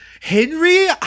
Henry